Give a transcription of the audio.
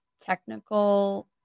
technical